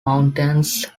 mountains